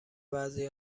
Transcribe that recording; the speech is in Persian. بعضی